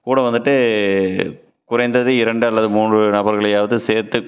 கூட வந்துட்டு குறைந்தது இரண்டு அல்லது மூன்று நபர்களையாவது சேர்த்து